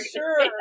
sure